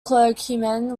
clergyman